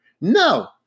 No